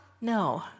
No